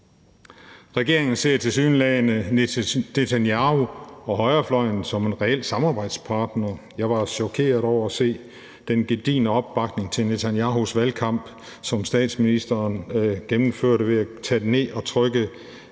Regeringen ser tilsyneladende Benjamin Netanyahu og højrefløjen som en reel samarbejdspartner. Jeg var chokeret over at se den gedigne opbakning til Netanyahus valgkamp, som statsministeren gennemførte ved at tage ned at trykke